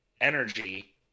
energy